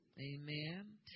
Amen